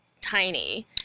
tiny